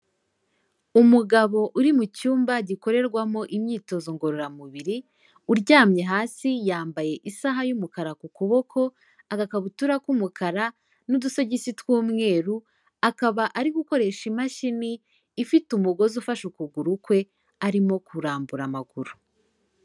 Umugabo uri mu cyumba gikorerwamo imyitozo ngororamubiri uryamye hasi yambaye isaha y'umukara ku kuboko, agakabutura k'umukara n'udusogisi tw'umweru, akaba ari gukoresha imashini ifite umugozi ufashe ukuguru kwe arimo kurambura amaguru.